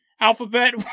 alphabet